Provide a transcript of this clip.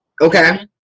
okay